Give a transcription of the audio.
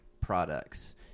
products